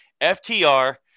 ftr